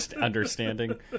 understanding